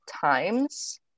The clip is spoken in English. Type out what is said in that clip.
times